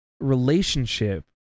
relationship